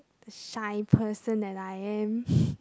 the shy person that I am